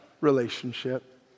Relationship